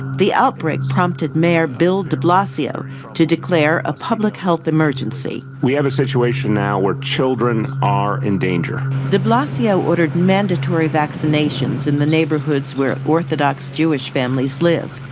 the outbreak prompted mayor bill de blasio to declare a public health emergency. we have a situation now where children are in danger. de blasio ordered mandatory vaccinations in the neighbourhoods where orthodox jewish families live.